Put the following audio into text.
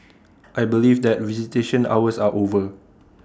I believe that visitation hours are over